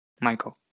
Michael